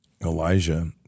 Elijah